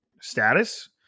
status